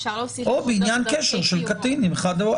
אפשר להוסיף --- או בעניין קשר עם של קטין עם אחד ההורים.